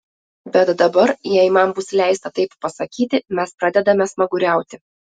bet dabar jei man bus leista taip pasakyti mes pradedame smaguriauti